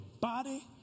body